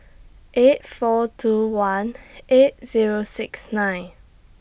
eight four two one eight Zero six nine